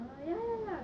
ah ya ya ya